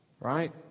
right